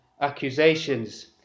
accusations